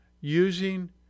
using